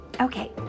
Okay